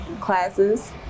Classes